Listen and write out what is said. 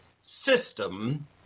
system